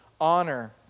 Honor